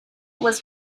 was